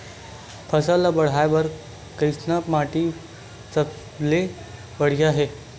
फसल ला बाढ़े बर कैसन माटी सबले बढ़िया होथे?